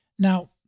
Now